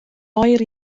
oer